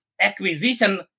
acquisition